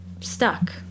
stuck